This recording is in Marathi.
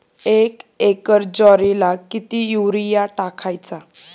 एक एकर ज्वारीला किती युरिया टाकायचा?